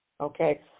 Okay